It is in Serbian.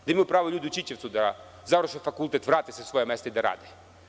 Da imaju pravo ljudi u Ćićevcu da završe fakultet, vrate se u svoje mesto i da rade.